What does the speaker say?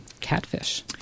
Catfish